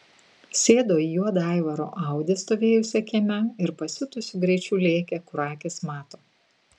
sėdo į juodą aivaro audi stovėjusią kieme ir pasiutusiu greičiu lėkė kur akys mato